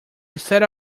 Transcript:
instead